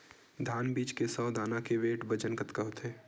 धान बीज के सौ दाना के वेट या बजन कतके होथे?